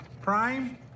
Prime